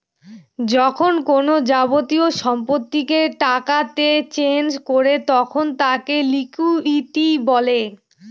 যখন কোনো যাবতীয় সম্পত্তিকে টাকাতে চেঞ করে তখন তাকে লিকুইডিটি বলে